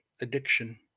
addiction